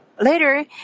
Later